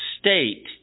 state